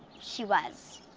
she was.